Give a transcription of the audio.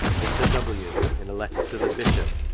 mr. w. in a letter to the bishop,